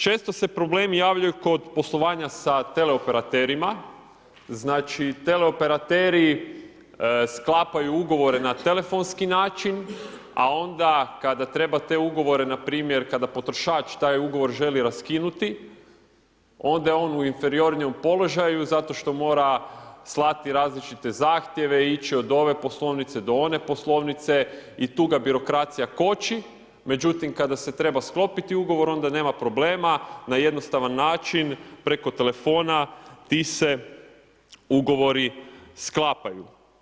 Često se problemi javljaju kod poslovanja sa teleoperaterima, znači teleoperateri sklapaju ugovore na telefonski način a onda kada treba te ugovore npr., kad potrošač taj ugovor želi raskinuti, onda je on u inferiornijem položaju zato što mora slati različite zahtjeve, ići od ove poslovnice do one poslovnice i tu ga birokracija koči međutim kada se treba sklopiti ugovor onda nema problema, na jednostavan način preko telefona ti se ugovori sklapaju.